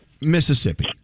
Mississippi